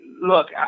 look